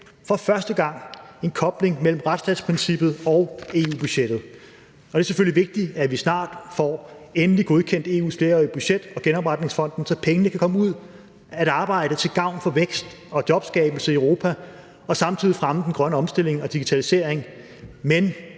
for første gang en kobling mellem retsstatsprincippet og EU-budgettet. Det er selvfølgelig vigtigt, at vi snart får endeligt godkendt EU's flerårige budget og genopretningsfonden, så pengene kan komme ud at arbejde til gavn for vækst og jobskabelse i Europa og samtidig fremme den grønne omstilling og digitalisering,